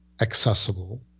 accessible